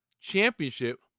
championship